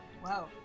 Wow